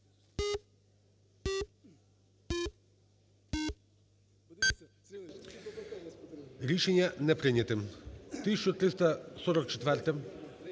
Рішення не прийняте. 1344-а.